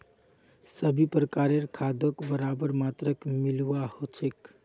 सभी प्रकारेर खादक बराबर मात्रात मिलव्वा ह छेक